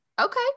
okay